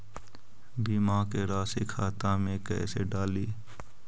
बीमा के रासी खाता में कैसे डाली?